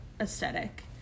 aesthetic